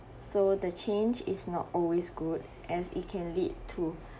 so the change is not always good as it can lead to